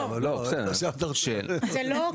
זה לא,